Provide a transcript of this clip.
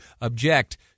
object